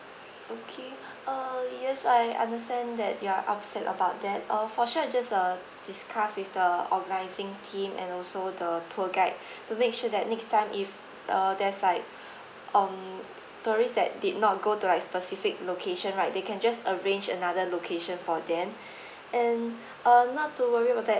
okay err yes I understand that you are upset about that uh for sure I just uh discuss with the organising team and also the tour guide to make sure that next time if uh there's like um tourist that did not go to like specific location right they can just arrange another location for them and uh not to worry about that